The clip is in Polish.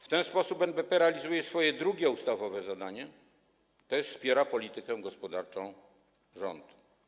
W ten sposób NBP realizuje swoje drugie ustawowe zadanie, tj. wspiera politykę gospodarczą rządu.